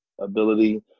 ability